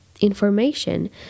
information